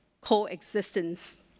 coexistence